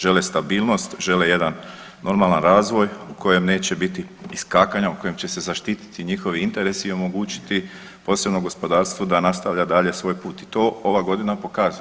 Žele stabilnost, žele jedan normalan razvoj u kojem neće biti iskakanja, u kojem će se zaštititi njihovi interesi i omogućiti posebno gospodarstvo da nastavlja svoj put i to ova godina pokazuje.